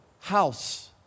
house